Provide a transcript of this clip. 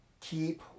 keep